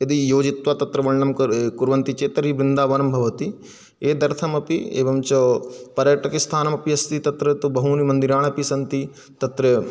यदि योजित्वा तत्र वर्णनं कर् कुर्वन्ति चेत् तर्हि वृन्दावनं भवति एतदर्थमपि एवं च पर्यटकस्थानमपि अस्ति तत्र तु बहूनि मन्दिराणि अपि सन्ति तत्र